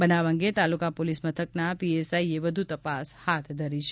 બનાવ અંગ તાલુકા પોલીસ મથકના પીએસઆઈએ વધુ તપાસ હાથ ધરી છે